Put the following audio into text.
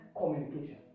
communication